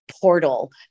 portal